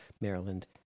Maryland